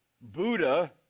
Buddha